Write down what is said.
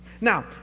Now